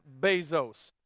Bezos